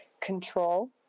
control